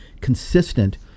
consistent